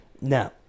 No